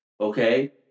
Okay